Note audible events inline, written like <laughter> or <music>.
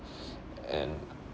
<breath> and